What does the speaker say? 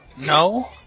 no